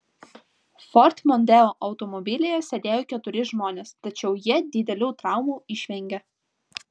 ford mondeo automobilyje sėdėjo keturi žmonės tačiau jie didelių traumų išvengė